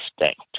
extinct